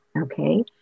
okay